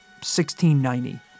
1690